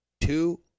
Two